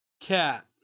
Cat